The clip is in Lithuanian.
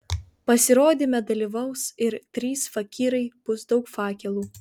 pasirodyme dalyvaus ir trys fakyrai bus daug fakelų